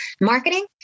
marketing